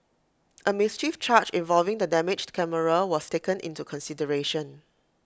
A mischief charge involving the damaged camera was taken into consideration